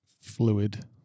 fluid